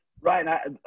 Right